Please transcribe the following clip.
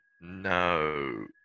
No